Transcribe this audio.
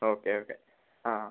okay okay ആ